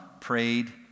prayed